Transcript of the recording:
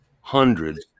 hundreds